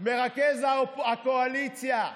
מרכז הקואליציה,